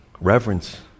Reverence